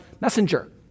Messenger